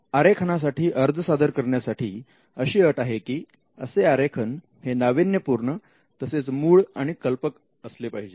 आरेखनासाठी अर्ज सादर करण्यासाठी अशी अट आहे की असे आरेखन हे नाविन्यपूर्ण तसेच मूळ आणि कल्पक असले पाहिजे